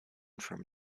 from